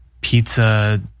pizza